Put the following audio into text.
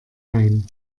ein